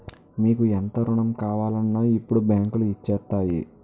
మీకు ఎంత రుణం కావాలన్నా ఇప్పుడు బాంకులు ఇచ్చేత్తాయిరా